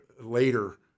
later